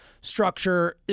structure